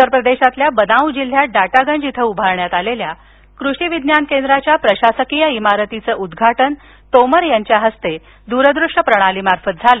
उत्तर प्रदेशातल्या बदाऊं जिल्ह्यात डाटागंज इथं उभारण्यात आलेल्या कृषी विज्ञान केंद्राच्या प्रशासकीय इमारतीचं उद्घाटन तोमर यांच्या हस्ते दूरदृष्य प्रणाली मार्फत झालं